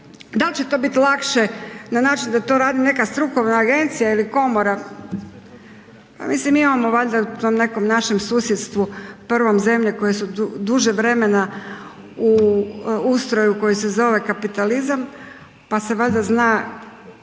da li će to biti lakše na način da to radi neka strukovna agencija ili komora, pa mislim imamo valjda u tom nekom našem susjedstvu prvom zemlje koje su duže vremena u ustroju koje se zove kapitalizam pa se valjda zna